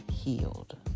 healed